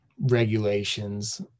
regulations